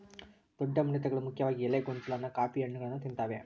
ದೊಡ್ಡ ಮಿಡತೆಗಳು ಮುಖ್ಯವಾಗಿ ಎಲೆ ಗೊಂಚಲನ್ನ ಕಾಫಿ ಹಣ್ಣುಗಳನ್ನ ತಿಂತಾವೆ